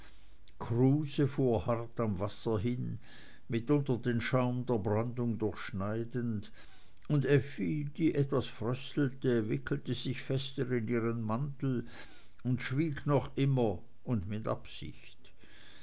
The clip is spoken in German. kruse fuhr hart am wasser hin mitunter den schaum der brandung durchschneidend und effi die etwas fröstelte wickelte sich fester in ihren mantel und schwieg noch immer und mit absicht